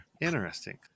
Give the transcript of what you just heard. Interesting